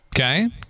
Okay